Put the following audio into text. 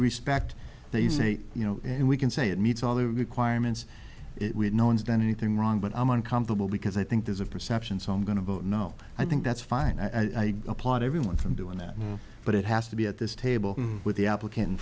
respect they say you know and we can say it meets all the requirements no one's done anything wrong but i'm uncomfortable because i think there's a perception so i'm going to vote no i think that's fine i applaud everyone from doing that but it has to be at this table with the applicant in